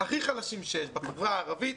הכי חלשים שיש בחברה הערבית,